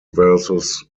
versus